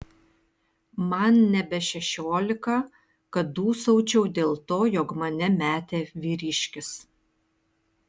man nebe šešiolika kad dūsaučiau dėl to jog mane metė vyriškis